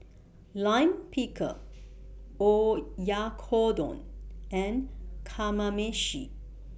Lime Pickle Oyakodon and Kamameshi